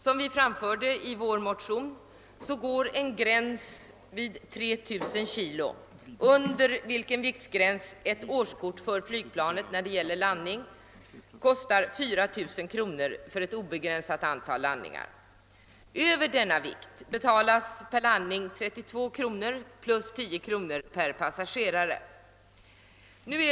Som framfördes i vår motion går en gräns vid 3 000 kilo under vilken ett årskort för flygplanet beträffande landning kostar 4 000 kronor för ett obegränsat antal landningar. Över denna vikt betalas per landning 32 kronor plus 10 kronor per passagerare.